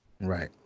Right